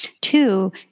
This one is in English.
Two